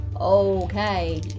Okay